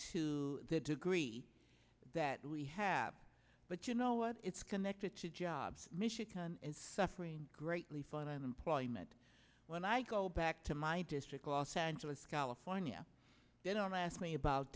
to the degree that we have but you know what it's connected to jobs michigan and suffering greatly find employment when i go back to my district los angeles california they don't ask me about